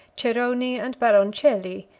cerroni and baroncelli.